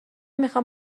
میخوام